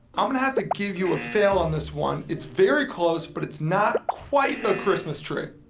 i'm gonna have to give you a fail on this one. it's very close, but it's not quite a christmas tree.